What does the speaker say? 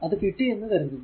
അത് കിട്ടി എന്ന് കരുതുന്നു